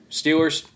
steelers